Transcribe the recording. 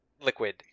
liquid